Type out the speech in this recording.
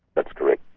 that's correct,